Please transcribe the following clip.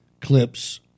clips